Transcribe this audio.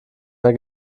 mehr